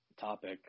topic